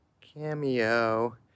Cameo